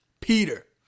Peter